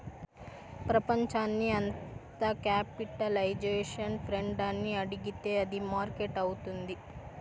ప్రపంచాన్ని అంత capitalisation friend అని అడిగితే అది మార్కెట్ అవుతుంది